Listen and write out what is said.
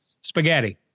spaghetti